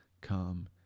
come